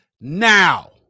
now